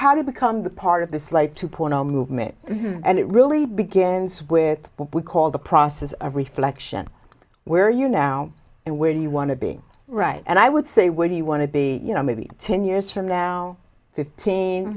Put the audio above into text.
how to become the part of this like two point zero movement and it really begins with what we call the process of reflection where you now and where you want to be right and i would say where do you want to be you know maybe ten years from now fifteen